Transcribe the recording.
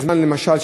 למשל,